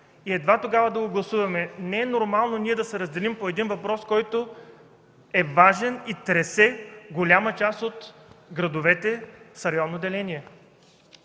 и едва тогава да го гласуваме. Не е нормално ние да се разделим по един въпрос, който е важен и тресе голямата част от градовете с районно деление.